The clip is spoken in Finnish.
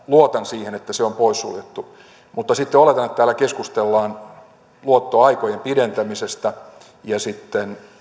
luotan siihen että se on pois suljettu mutta sitten oletan että täällä keskustellaan luottoaikojen pidentämisestä ja